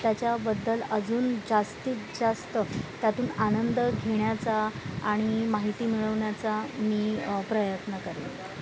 त्याच्याबद्दल अजून जास्तीत जास्त त्यातून आनंद घेण्याचा आणि माहिती मिळवण्याचा मी प्रयत्न करेन